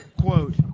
quote